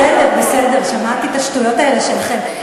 בסדר, בסדר, שמעתי את השטויות האלה שלכם.